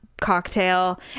cocktail